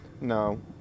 no